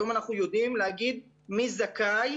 היום אנחנו יודעים להגיד מי זכאי,